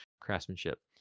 craftsmanship